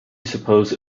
suppose